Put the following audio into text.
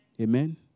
Amen